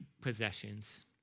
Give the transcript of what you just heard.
possessions